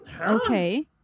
okay